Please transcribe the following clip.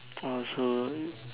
oh so